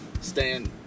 stand